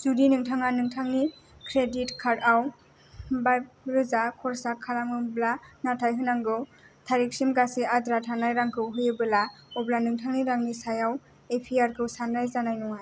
जुदि नोंथाङा नोंथांनि क्रेडिट कार्ड आव बा रोजा खरसा खालामोबोला नाथाय होनांगौ थारिखसिम गासै आद्रा थानाय रांखौ होयोबोला अब्ला नोंथांनि रांनि सायाव एपीआरखौ सान्नाय जानाय नङा